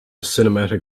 cinematic